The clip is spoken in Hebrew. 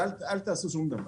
אז אל תעשו שום דבר.